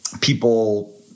people